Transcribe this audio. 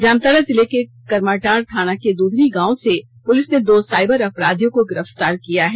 जामताड़ा जिले के करमाटांड़ थाना के दुधनी गांव से पुलिस ने दो साइबर अपराधियों को गिरफ्तार किया है